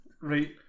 Right